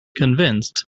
convinced